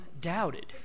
doubted